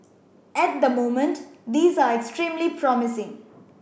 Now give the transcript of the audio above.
at the moment these are extremely promising